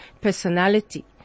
personality